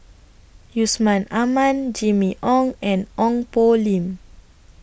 Yusman Aman Jimmy Ong and Ong Poh Lim